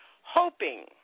hoping